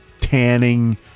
tanning